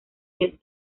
del